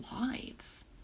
lives